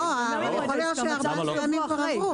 אבל יכול להיות ש-14 ימים כבר עברו.